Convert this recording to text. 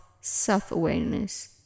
self-awareness